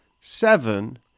Seven